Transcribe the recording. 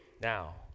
Now